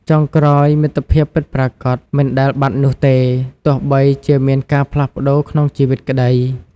ចុងក្រោយ មិត្តភាពពិតប្រាកដ មិនដែលបាត់នោះទេ ទោះបីជាមានការផ្លាស់ប្តូរក្នុងជីវិតក្ដី។